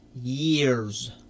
years